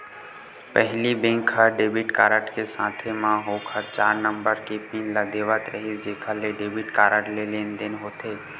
पहिली बेंक ह debit card के साथे म ओखर चार नंबर के पिन ल देवत रिहिस जेखर ले डेबिट कारड ले लेनदेन होथे